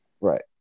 right